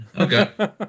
Okay